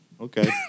Okay